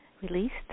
released